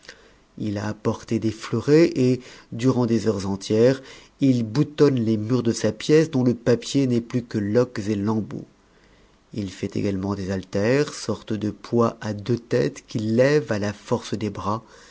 il a apporté des fleurets et durant des heures entières il boutonne les murs de sa pièce dont le papier n'est plus que loques et lambeaux il fait également des haltères sortes de poids à deux têtes qu'il lève à la force des bras